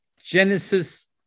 Genesis